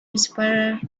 whisperer